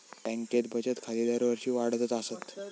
बँकेत बचत खाती दरवर्षी वाढतच आसत